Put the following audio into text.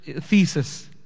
thesis